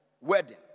wedding